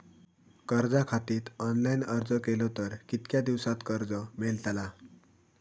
कर्जा खातीत ऑनलाईन अर्ज केलो तर कितक्या दिवसात कर्ज मेलतला?